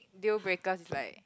deal breakers is like